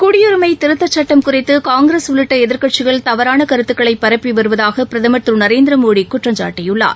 குடியுரிமைதிருத்தச் சட்டம் குறித்துகாங்கிரஸ் உள்ளிட்டஎதிர்க்கட்சிகள் தவறானகருத்துக்களைபரப்பிவருவதாகபிரதமர் திருநரேந்திரமோடிகுற்றம்சாட்டியுள்ளார்